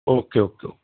okay okay okay